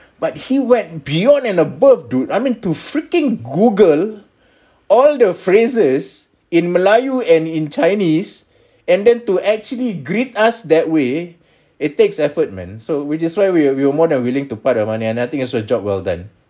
but he went beyond and above dude I mean to freaking google all the phrases in melayu and in chinese and then to actually greet us that way it takes effort men so we just where we are we were more than willing to part of money and I think it's a job well done